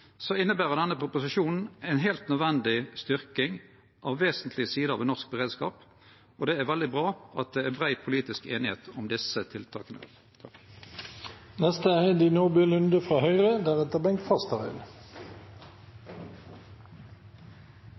inneber denne proposisjonen ei heilt nødvendig styrking av vesentlege sider ved norsk beredskap. Og det er veldig bra at det er brei politisk semje om desse tiltaka.